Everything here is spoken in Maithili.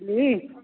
हुँ